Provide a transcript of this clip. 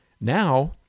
Now